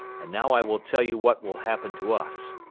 and now i will tell you what will happen to us.